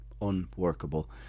unworkable